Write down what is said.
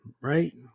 right